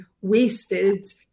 wasted